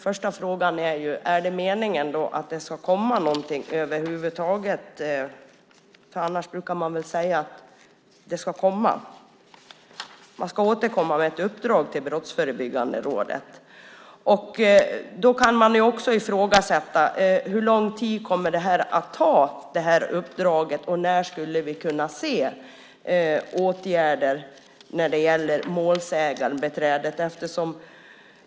Är det meningen att det ska komma något över huvud taget, för då brukar man väl säga att det ska komma och att man ska återkomma med ett uppdrag till Brottsförebyggande rådet? Man kan också ifrågasätta hur lång tid det kommer att ta. När skulle vi kunna se åtgärder när det gäller målsägandebiträden?